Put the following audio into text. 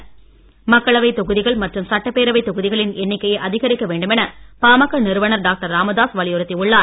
மருத்துவர் ராமதாஸ் மக்களவை தொகுதிகள் மற்றும் சட்டப்பேரவைத் தொகுதிகளின் எண்ணிக்கையை அதிகரிக்க வேண்டுமென பாமக நிறுவனர் டாக்டர் ராமதாஸ் வலியுறுத்தி உள்ளார்